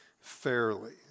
fairly